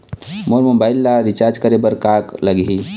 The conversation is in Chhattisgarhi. मोर मोबाइल ला रिचार्ज करे बर का लगही?